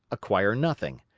acquire nothing,